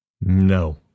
No